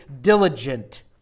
diligent